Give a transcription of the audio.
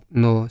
no